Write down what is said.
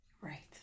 right